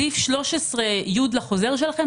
סעיף 13(י) לחוזר שלכם,